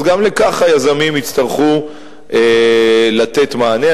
אז גם על כך היזמים יצטרכו לתת מענה.